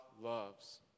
loves